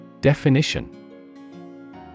definition